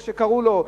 איך שקראו לו,